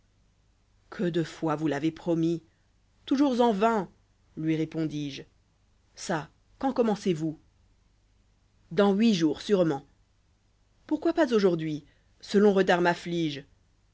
que de fois vous l'avez promis x livret toujours en vain lui répondis-je cà quand commencez vous dans huit jours sûrement pourquoi pas aujourd'hui ce long retard m'afflige